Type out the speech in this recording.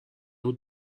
بود